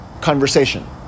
conversation